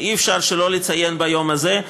ואי-אפשר שלא לציין אותו ביום הזה,